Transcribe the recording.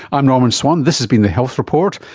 i'm norman swan, this has been the health report.